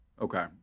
Okay